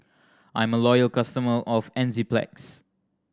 I'm a loyal customer of Enzyplex